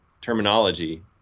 terminology